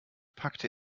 packte